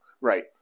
Right